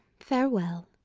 farewell.